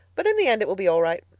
but in the end it will be all right.